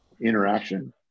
interaction